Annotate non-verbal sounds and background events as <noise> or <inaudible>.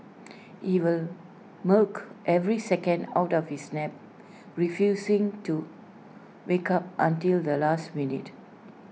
<noise> he will milk every second out of his nap refusing to wake up until the last minute